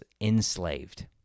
enslaved